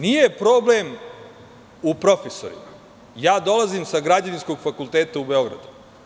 Nije problem u profesorima, dolazim sa Građevinskog fakulteta u Beogradu.